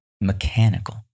mechanical